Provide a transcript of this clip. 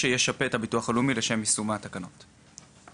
שר האוצר יידרש למצוא מקור תקציבי לפעולה הזאת.